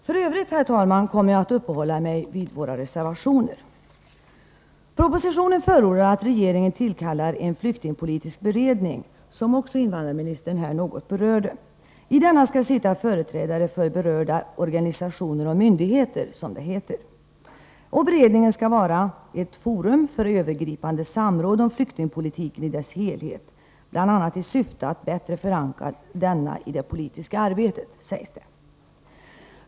F.ö., herr talman, kommer jag att uppehålla mig vid våra reservationer. Propositionen förordar att regeringen tillkallar en flyktingpolitisk beredning — vilket invandrarministern också något berört — med ”företrädare för berörda organisationer och myndigheter m.fl.” , som det heter. Det sägs att beredningen skall vara ”ett forum för övergripande samråd om flyktingpolitiken i dess helhet, bl.a. i syfte att bättre förankra denna i det politiska arbetet”.